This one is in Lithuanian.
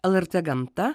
lrt gamta